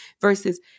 versus